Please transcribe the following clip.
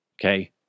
Okay